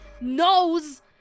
knows